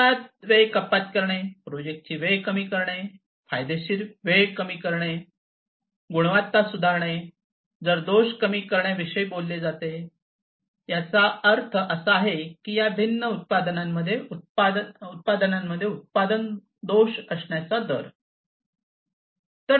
मुळात वेळ कपात करणे प्रोजेक्टची वेळ कमी करणे फायदेशीर वेळ कमी करणे गुणवत्ता सुधारणे दोष दर कमी करण्याविषयी बोलते ज्याचा अर्थ असा आहे की या भिन्न उत्पादनांमध्ये उत्पादन दोष असण्याचा दर